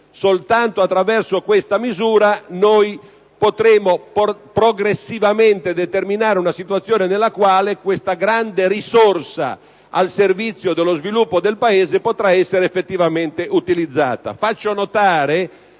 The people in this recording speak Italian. Soltanto attraverso questa misura noi potremo progressivamente determinare una situazione nella quale questa grande risorsa al servizio dello sviluppo del Paese potrà essere effettivamente utilizzata. Faccio notare,